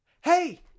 Hey